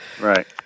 Right